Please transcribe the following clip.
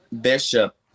bishop